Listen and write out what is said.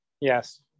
Yes